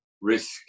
risk